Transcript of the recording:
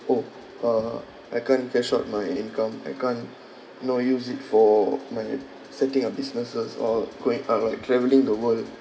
orh uh I can't cash out my income I can't nor use it for my setting up businesses or going uh like travelling the world